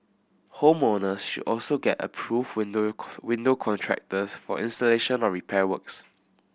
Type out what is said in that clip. home owners should also get approved window window contractors for installation or repair works